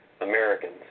Americans